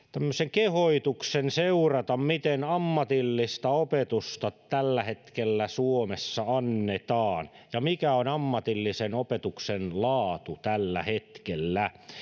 kehotuksen seurata miten ammatillista opetusta tällä hetkellä suomessa annetaan ja mikä on ammatillisen opetuksen laatu tällä hetkellä